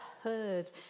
heard